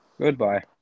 Goodbye